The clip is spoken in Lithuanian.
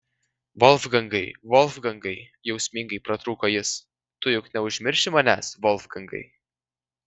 volfgangai volfgangai jausmingai pratrūko jis tu juk neužmirši manęs volfgangai